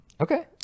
Okay